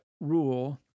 rule